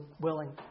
willing